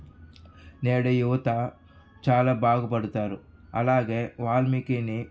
నేడు యువత చాలా బాగుపడుతారు అలాగే వాల్మీకీని